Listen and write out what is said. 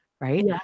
right